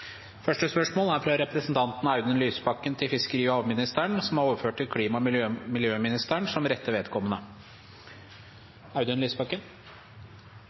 Spørsmål 1, fra representanten Audun Lysbakken til fiskeri- og havministeren, er overført til klima- og miljøministeren som rette vedkommende.